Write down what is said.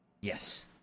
Yes